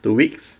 two weeks